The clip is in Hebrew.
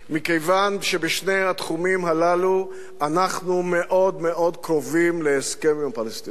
מכיוון שבשני התחומים הללו אנחנו מאוד מאוד קרובים להסכם עם הפלסטינים.